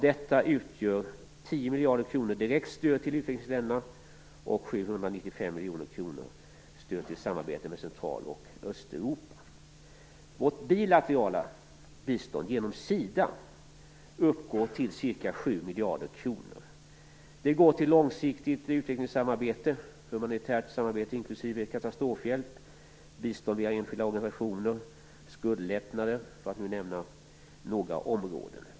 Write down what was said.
Därav utgör 10 miljarder kronor direkt stöd till utvecklingsländerna och 795 miljoner kronor stöd till samarbetet med Central och Östeuropa. Vårt bilaterala bistånd genom SIDA uppgår till ca 7 miljarder kronor. Det går till långsiktigt utvecklingssamarbete, humanitärt samarbete inklusive katastrofhjälp, bistånd via enskilda organisationer, skuldlättnader osv.